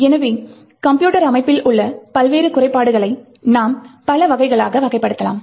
எனவே கம்ப்யூட்டர் அமைப்பில் உள்ள பல்வேறு குறைபாடுகளை நாம் பல வகைகளாக வகைப்படுத்தலாம்